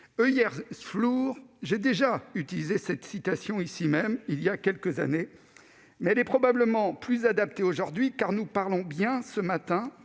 langue. : j'ai déjà utilisé cette citation ici même voilà quelques années, mais elle est probablement plus adaptée aujourd'hui, car nous parlons bien de notre